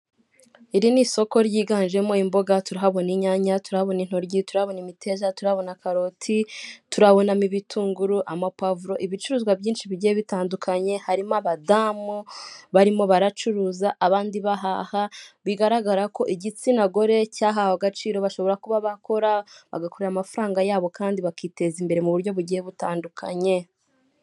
Iri ni isoko ryiganjemo imboga, turahabona inyanya, turahabona intoryi, turahabona imiteja, turahabona karoti, turabonamo ibitunguru, amapavuro, ibicuruzwa byinshi bigiye bitandukanye, harimo abadamu barimo baracuruza, abandi bahaha, bigaragara ko igitsina gore cyahawe agaciro, bashobora kuba bakora, bagakorera amafaranga yabo kandi bakiteza imbere mu buryo bugiye butandukanye.